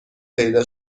پیدا